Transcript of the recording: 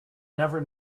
never